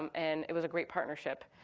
um and it was a great partnership.